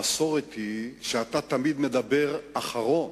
המסורת היא שאתה תמיד מדבר אחרון,